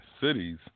cities